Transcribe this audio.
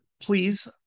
Please